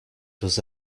does